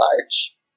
large